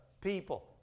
people